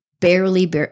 barely